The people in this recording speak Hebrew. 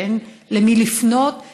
שאין למי לפנות,